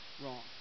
wrong